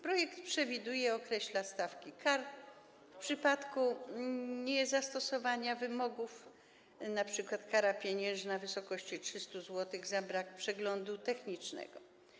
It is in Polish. Projekt przewiduje i określa stawki kar w przypadku niezastosowania się do wymogów, np. jest kara pieniężna w wysokości 300 zł za brak przeglądu technicznego.